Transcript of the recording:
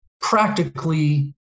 practically